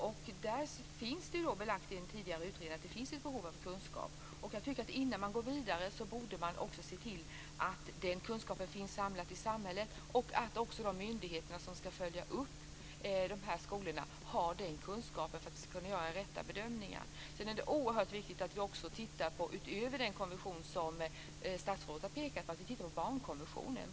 Där finns det ju belagt i en tidigare utredning att det finns ett behov av kunskap, och jag tycker att innan man går vidare borde man också se till att den kunskapen finns samlad i samhället och att de myndigheter som ska följa upp de här skolorna har den kunskapen för att kunna göra rätta bedömningar. Sedan är det oerhört viktigt att vi också, utöver den konvention som statsrådet har pekat på, tittar på barnkonventionen.